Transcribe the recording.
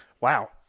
Wow